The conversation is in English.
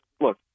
look